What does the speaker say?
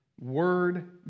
Word